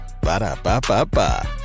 Ba-da-ba-ba-ba